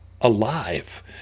alive